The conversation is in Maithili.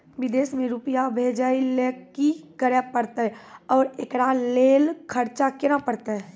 विदेश मे रुपिया भेजैय लेल कि करे परतै और एकरा लेल खर्च केना परतै?